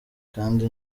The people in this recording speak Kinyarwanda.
kandi